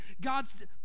God's